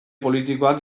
politikoak